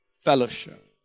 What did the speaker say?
fellowship